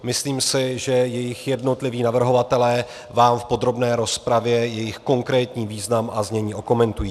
Myslím si, že jejich jednotliví navrhovatelé vám v podrobné rozpravě jejich konkrétní význam a znění okomentují.